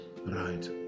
Right